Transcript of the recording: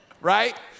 Right